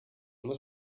muss